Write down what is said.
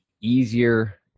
easier